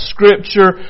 Scripture